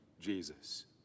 Jesus